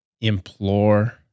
implore